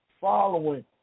following